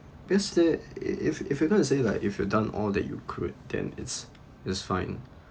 instead if if you're going to say like if you've done all that you could then it's it's fine